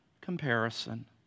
comparison